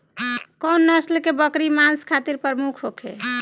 कउन नस्ल के बकरी मांस खातिर प्रमुख होले?